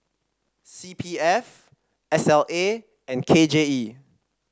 C P F S L A and K J E